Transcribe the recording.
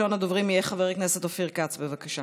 ראשון הדוברים יהיה חבר הכנסת אופיר כץ, בבקשה.